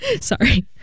sorry